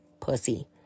pussy